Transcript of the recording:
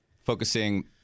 focusing